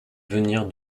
venir